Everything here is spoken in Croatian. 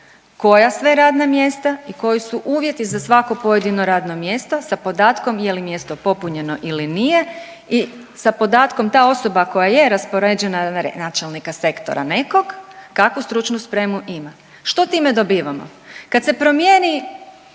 koja sve radna mjesta i koji su uvjeti za svako pojedino radno mjesto sa podatkom je li mjesto popunjeno ili nije i sa podatkom ta osoba koja je raspoređena na načelnika sektora nekog kakvu stručnu spremu ima. Što time dobivamo? Kad se promijeni